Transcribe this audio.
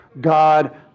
God